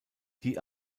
die